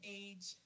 age